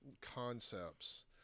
concepts